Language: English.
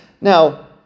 Now